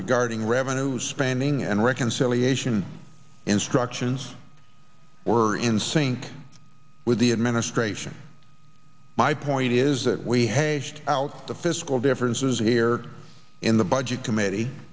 regarding revenue spending and reconciliation instructions were in sync with the administration my point is that we hazed out the fiscal differences here in the budget committee